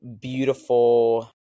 beautiful